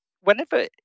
whenever